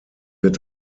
wird